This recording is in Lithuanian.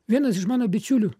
vienas iš mano bičiulių